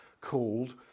called